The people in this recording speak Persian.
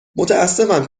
متأسفم